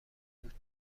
بود